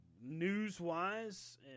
News-wise